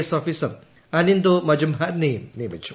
S officer Anindo മജുംഭാരിനെയും നിയമിച്ചു